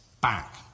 back